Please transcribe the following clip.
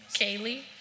Kaylee